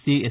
C S